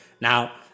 Now